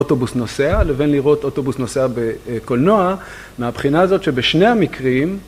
אוטובוס נוסע. לבין לראות אוטובוס נוסע בקולנוע, מהבחינה הזאת שבשני המקרים...